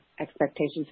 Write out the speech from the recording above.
Expectations